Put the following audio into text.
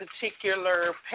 particular